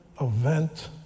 event